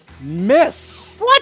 miss